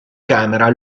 camera